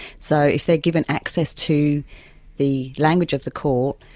so if they're given access to the language of the court,